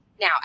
Now